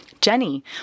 Jenny